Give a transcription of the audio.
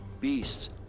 beasts